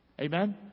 Amen